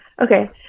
Okay